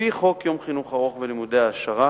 לפי חוק יום חינוך ארוך ולימודי העשרה,